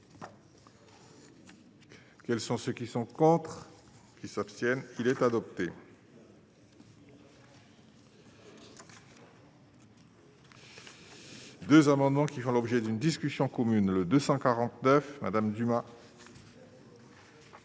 Quels sont ceux qui sont contre, qui s'abstiennent il est adopté. 2 amendements qui font l'objet d'une discussion commune le 249 Madame Dumas.